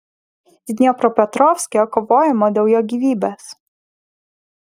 dniepropetrovske kovojama dėl jo gyvybės